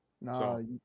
No